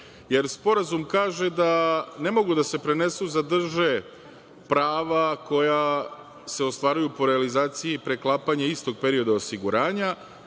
jer sporazum kaže da ne mogu da se prenesu i zadrže prava koja se ostvaruju po realizaciji preklapanje istog perioda osiguranja,